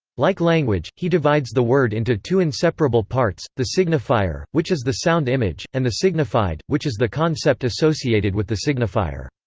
like language, he divides the word into two inseparable parts the signifier, which is the sound image, and the signified, which is the concept associated with the signifier.